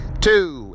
Two